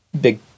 big